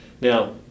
Now